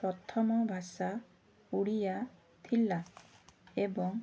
ପ୍ରଥମ ଭାଷା ଓଡ଼ିଆ ଥିଲା ଏବଂ